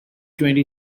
twenty